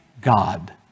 God